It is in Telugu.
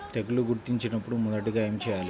తెగుళ్లు గుర్తించినపుడు మొదటిగా ఏమి చేయాలి?